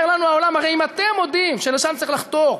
אומר לנו העולם: הרי אם אתם מודים שלשם צריך לחתור,